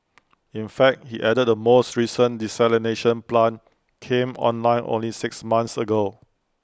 in fact he added the most recent desalination plant came online only six months ago